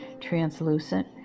translucent